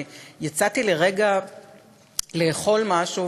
יצאתי לרגע לאכול משהו,